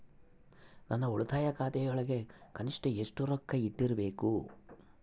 ನನ್ನ ಉಳಿತಾಯ ಖಾತೆಯೊಳಗ ಕನಿಷ್ಟ ಎಷ್ಟು ರೊಕ್ಕ ಇಟ್ಟಿರಬೇಕು?